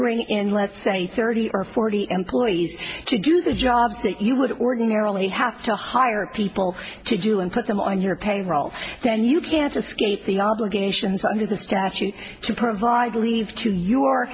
bring in let's say thirty or forty employees to do the jobs that you would ordinarily have to hire people to do and put them on your payroll then you can't escape the obligations under the statute to provide leave to your